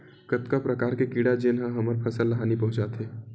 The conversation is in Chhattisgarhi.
कतका प्रकार के कीड़ा जेन ह हमर फसल ल हानि पहुंचाथे?